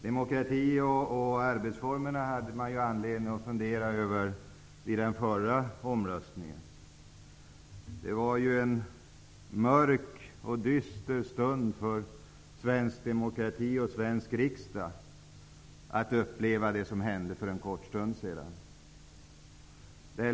Demokrati och arbetsformer hade man anledning att fundera över vid den förra omröstningen. Det var en mörk och dyster stund för svensk demokrati och svensk riksdag att uppleva det som hände för en kort stund sedan.